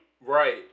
Right